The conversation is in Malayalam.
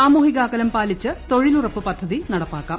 സാമൂഹിക അകലം പാലിച്ച് തൊഴിലുറപ്പ് പദ്ധതിക് നട്ട്പ്പാക്കാം